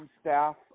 staff